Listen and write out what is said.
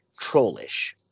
trollish